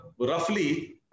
roughly